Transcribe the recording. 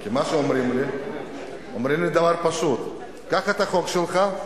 כי מה שאומרים לי זה דבר פשוט: קח את החוק שלך,